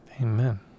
Amen